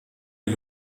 est